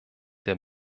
der